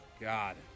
God